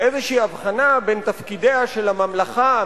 איזו הבחנה בין תפקידיה של הממלכה,